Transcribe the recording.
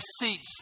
seats